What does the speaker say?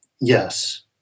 yes